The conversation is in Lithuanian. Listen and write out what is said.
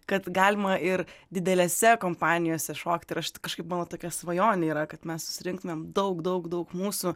kad galima ir didelėse kompanijose šokti ir aš kažkaip manau tokia svajonė yra kad mes susirinktumėm daug daug daug mūsų